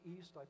East